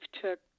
took